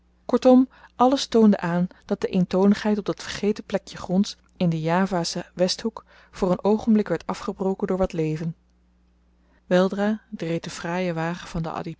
kortom alles toonde aan dat de eentonigheid op dat vergeten plekje gronds in den javaschen westhoek voor een oogenblik werd afgebroken door wat leven weldra reed de fraaie wagen van den